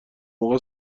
موقع